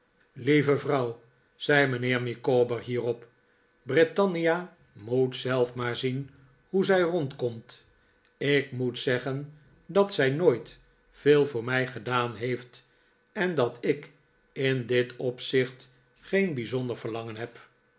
lieve vrouw zei mijnheer micawber hierop britannia moet zelf maar zien hoe zij rondkomt ik moet zeggen dat zij nooit veel voor mij gedaan heeft en dat ik in dit opzicht geen bijzonder verlangen heb